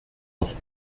noch